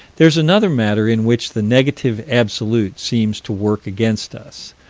there's another matter in which the negative absolute seems to work against us.